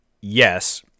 Yes